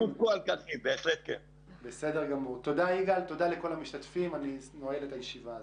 תודה לכל המשתתפים, הישיבה נעולה.